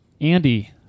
Andy